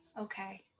Okay